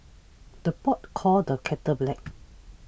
the pot calls the kettle black